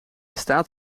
staat